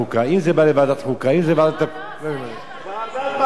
ועדת מדע,